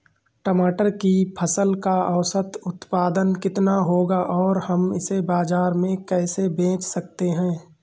टमाटर की फसल का औसत उत्पादन कितना होगा और हम इसे बाजार में कैसे बेच सकते हैं?